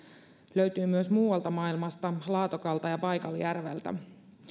löytyy myös muualta maailmasta laatokalta ja baikaljärveltä